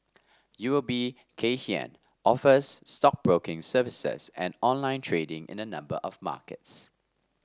U O B Kay Hian offers stockbroking services and online trading in a number of markets